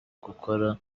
gukora